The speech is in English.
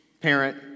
parent